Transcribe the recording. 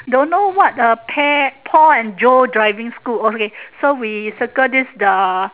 don't know what uh pear paul and joe driving school okay so we circle this the